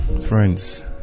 Friends